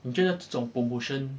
你觉得这种 promotion